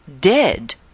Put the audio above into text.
dead